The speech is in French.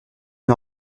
une